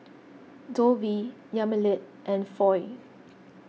Dovie Yamilet and Foy